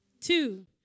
Two